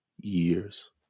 years